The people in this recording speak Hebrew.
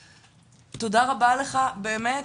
אז תודה רבה לך באמת,